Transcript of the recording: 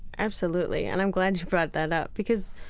absolutely, and i'm glad you brought that up because,